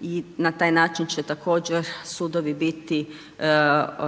i na taj način će također sudovi biti